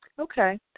Okay